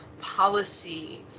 policy